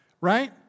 Right